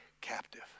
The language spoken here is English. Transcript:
captive